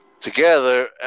together